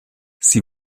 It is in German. sie